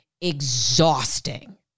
exhausting